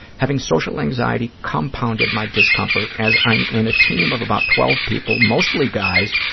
having social anxiety compounded my discomfort, as i'm in a team of about twelve people, mostly guys,